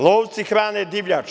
Lovci hrane divljač.